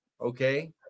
Okay